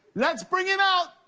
let's bring him out.